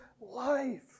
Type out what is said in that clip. life